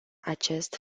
acest